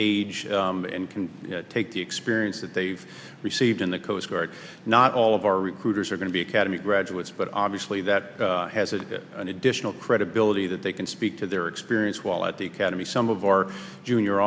age and can take the experience that they've received in the coast guard not all of our recruiters are going to be academy graduates but obviously that has an additional credibility that they can speak to their experience while at the academy some of our junior